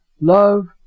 Love